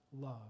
love